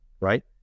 right